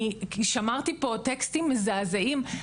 שמרתי פה טקסטים מזעזעים,